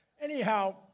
Anyhow